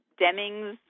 Demings